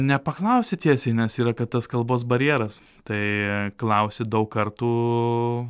nepaklausi tiesiai nes yra kad tas kalbos barjeras tai klausi daug kartų